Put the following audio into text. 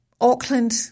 Auckland